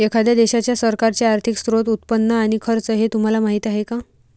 एखाद्या देशाच्या सरकारचे आर्थिक स्त्रोत, उत्पन्न आणि खर्च हे तुम्हाला माहीत आहे का